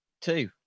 Two